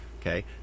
Okay